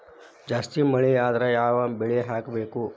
ಜಾಸ್ತಿ ಮಳಿ ಆದ್ರ ಯಾವ ಬೆಳಿ ಹಾಕಬೇಕು?